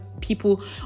people